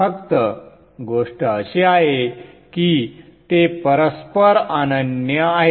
फक्त गोष्ट अशी आहे की ते परस्पर अनन्य आहेत